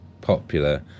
popular